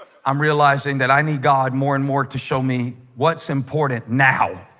i'm realizing that i need god more and more to show me what's important now